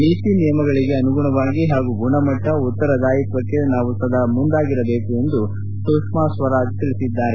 ನೀತಿ ನಿಯಮಗಳಿಗೆ ಅನುಗುಣವಾಗಿ ಹಾಗೂ ಗುಣಮಟ್ವ ಉತ್ತರದಾಯಿತ್ಸಕ್ಕೆ ನಾವು ಸದಾ ಮುಂದಾಗಿರಬೇಕು ಎಂದು ಸುಷ್ಮಾ ಸ್ಲರಾಜ್ ತಿಳಿಸಿದ್ದಾರೆ